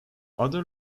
other